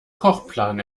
kochplan